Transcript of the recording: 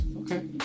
Okay